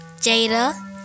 Jada